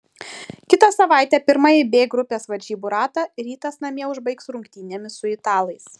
kitą savaitę pirmąjį b grupės varžybų ratą rytas namie užbaigs rungtynėmis su italais